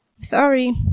sorry